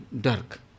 dark